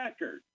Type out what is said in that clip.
record